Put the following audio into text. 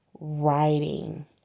writing